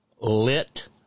lit